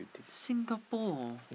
Singapore